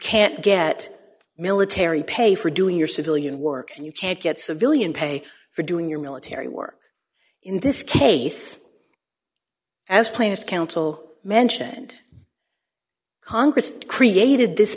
can't get military pay for doing your civilian work and you can't get civilian pay for doing your military work in this case as plaintiff counsel mentioned congress created this